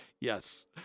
Yes